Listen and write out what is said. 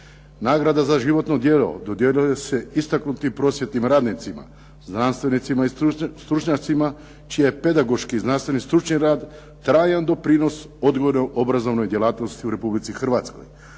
Nagrada za životno djelo dodjeljuje se istaknutim prosvjetnim radnicima, znanstvenicima i stručnjacima čiji je pedagoški, znanstveni i stručni rad trajan doprinos odgojno-obrazovnoj djelatnosti u Republici Hrvatskoj.